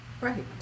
right